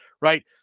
right